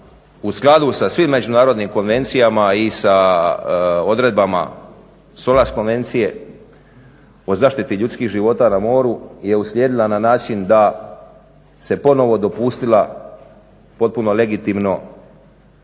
u skladu sa svim međunarodnim konvencijama i sa odredbama …/Govornik se ne razumije./… konvencije o zaštiti ljudskih života na moru je uslijedila na način da se ponovo dopustila potpuno legitimno